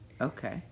Okay